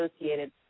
associated